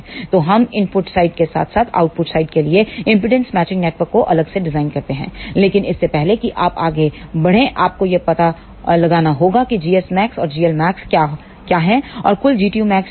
तो हम input side के साथ साथ आउटपुट साइड के लिए इंपेडेंस मैचिंग नेटवर्क को अलग से डिज़ाइन कर सकते हैं लेकिन इससे पहले कि आप आगे बढ़ें आपको यह पता लगाना होगा कि gsmax और glmaxक्या है और कुल Gtumax क्या है